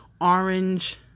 orange